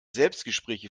selbstgespräche